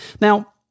Now